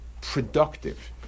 productive